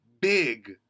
big